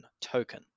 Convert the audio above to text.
token